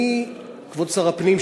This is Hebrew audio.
כבוד שר הפנים,